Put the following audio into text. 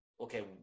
Okay